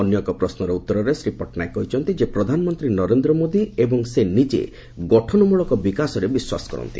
ଅନ୍ୟ ଏକ ପ୍ରଶ୍ୱର ଉତ୍ତରେ ଶ୍ରୀ ପଟ୍ଟନାୟକ କହିଛନ୍ତି ଯେ ପ୍ରଧାନମନ୍ତୀ ନରେନ୍ଦ୍ର ମୋଦୀ ଏବଂ ସେ ନିଜେ ଗଠନମୂଳକ ବିକାଶରେ ବିଶ୍ୱାସ କରନ୍ତି